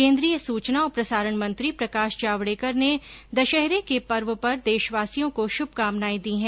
केन्द्रीय सूचना और प्रसारण मंत्री प्रकाश जावडेकर ने दशहरे के पर्व पर देशवासियों को शुभकामनाए दी है